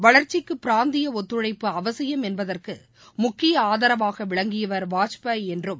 வளர்ச்சிக்கு பிராந்திய ஒத்துழைப்பு அவசியம் என்பதற்கு முக்கிய ஆதரவாக விளங்கியவர் வாஜ்பாய் என்றும்